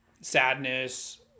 sadness